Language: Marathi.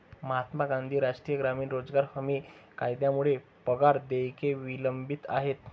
महात्मा गांधी राष्ट्रीय ग्रामीण रोजगार हमी कायद्यामुळे पगार देयके विलंबित आहेत